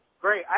Great